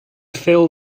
fill